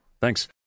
Thanks